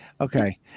Okay